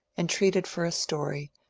entreated for a story,